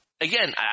again